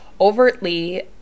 overtly